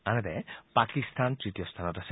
আনহাতে পাকিস্তান তৃতীয় স্থানত আছে